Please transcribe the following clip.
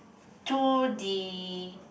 to the